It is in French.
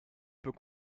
peux